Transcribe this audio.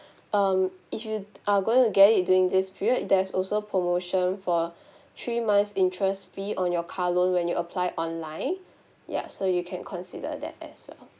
um if you are going to get it during this period there is also promotion for three months interest fee on your car loan when you apply online ya so you can consider that as well